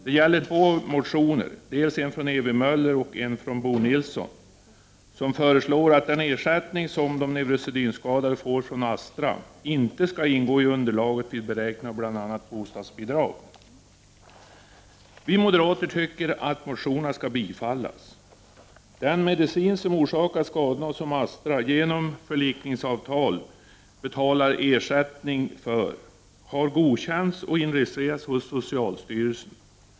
Det gäller två motioner, dels en av Ewy Möller, dels en av Bo Nilsson, vari föreslås att den ersättning som de neurosedynskadade får från Astra inte skall ingå i underlaget vid beräkning av bl.a. bostadsbidrag. Vi moderater tycker att motionerna skall bifallas. Den medicin som orsa kade skadorna och som Astra genom förlikningsavtal betalar ersättning för har godkänts och inregistrerats hos socialstyrelsen.